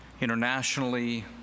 internationally